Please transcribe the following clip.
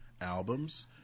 albums